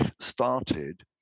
started